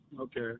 Okay